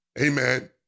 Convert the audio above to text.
Amen